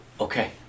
okay